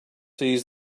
seized